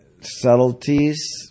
subtleties